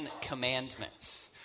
Commandments